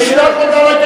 אדוני ראש הממשלה לא מדייק.